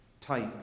type